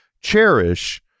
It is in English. cherish